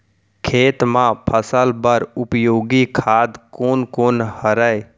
खेत म फसल बर उपयोगी खाद कोन कोन हरय?